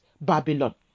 Babylon